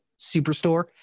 Superstore